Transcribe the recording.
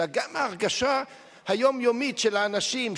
אלא גם ההרגשה היומיומית של האנשים,